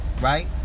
right